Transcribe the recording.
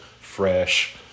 fresh